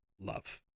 love